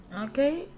Okay